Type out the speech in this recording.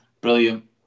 Brilliant